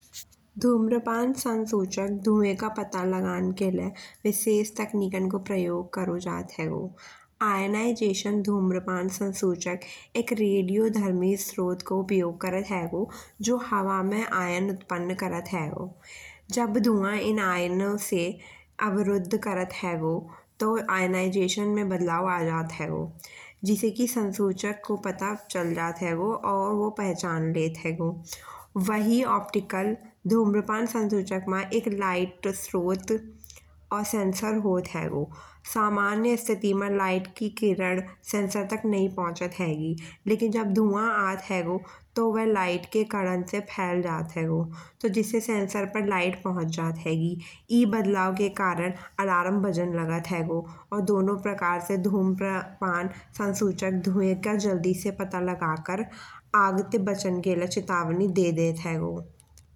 धूम्रपान संदूचन धुए का पता लगन के ले विशेष तकनीकन को प्रयोग करो जात हैगो। एक रेडियोधर्मी स्रोत को उपयोग करत हैगो। जो हवा में आयन उत्पन्न करत हैगो। जब धुआं एन आयनो से अवरुद्ध करत हैगो। तो आयनीगेशन में बदलाव आ जात हैगो। जिसे कि संदूचक को पता चल जात हैगो। और वो पहचान लेत हैगो। वही ऑप्टिकल धूम्रपान संदूचक मा एक लाइट स्रोत और सेंसर होत हैगो। सामान्य स्थिति मा लाइट की किरन सेंसर तक नहीं पहुंचत हेगी। लकिन जब धुआं आत हैगो तो वह लाइट के कारण से फैल जात हैगो। तो जिससे सेंसर पे लाइट पहुंच जात हेगी। ई बदलाव के कारण अलार्म बजाय लागत हैगो। और दोनों प्रकार से धूम्रपान संदूचक धुए का जल्दी से पता लगाकर आग ते बचान के लिए चेतावनी दे देता हैगो।